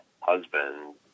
husband